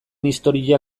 historia